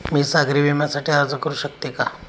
मी सागरी विम्यासाठी अर्ज करू शकते का?